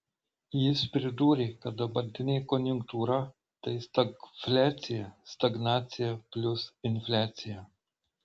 jis pridūrė kad dabartinė konjunktūra tai stagfliacija stagnacija plius infliacija